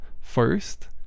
first